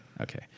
okay